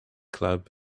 club